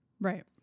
Right